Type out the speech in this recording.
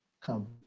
Come